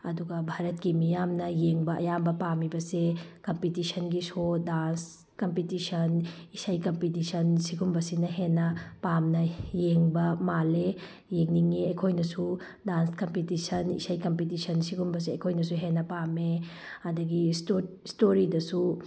ꯑꯗꯨꯒ ꯚꯥꯔꯠꯀꯤ ꯃꯤꯌꯥꯝꯅ ꯌꯦꯡꯕ ꯑꯌꯥꯝꯕ ꯄꯥꯝꯃꯤꯕꯁꯦ ꯀꯝꯄꯤꯇꯤꯁꯟꯒꯤ ꯁꯣ ꯗꯥꯟꯁ ꯀꯝꯄꯤꯇꯤꯁꯟ ꯏꯁꯩ ꯀꯝꯄꯤꯇꯤꯁꯟ ꯁꯤꯒꯨꯝꯕ ꯁꯤꯅ ꯍꯦꯟꯅ ꯄꯥꯝꯅ ꯌꯦꯡꯕ ꯃꯥꯜꯂꯤ ꯌꯦꯡꯅꯤꯡꯉꯦ ꯑꯩꯈꯣꯏꯅꯁꯨ ꯗꯥꯟꯁ ꯀꯝꯄꯤꯇꯤꯁꯟ ꯏꯁꯩ ꯀꯝꯄꯤꯇꯤꯁꯟ ꯁꯤꯒꯨꯝꯕꯁꯦ ꯑꯩꯈꯣꯏꯅꯁꯨ ꯍꯦꯟꯅ ꯄꯥꯝꯃꯦ ꯑꯗꯒꯤ ꯏꯁꯇꯣꯔꯤꯗꯁꯨ